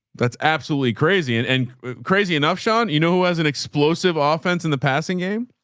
that's absolutely crazy. and and crazy enough, sean, you know, who has an explosive ah offense in the passing game?